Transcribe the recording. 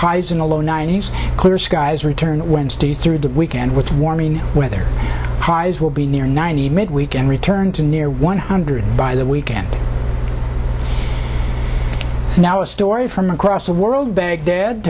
highs in the low ninety's clear skies returned wednesday through the weekend with warming weather highs will be near ninety midweek and return to near one hundred by the weekend now a story from across the world baghdad